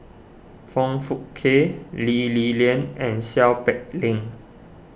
Foong Fook Kay Lee Li Lian and Seow Peck Leng